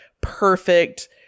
perfect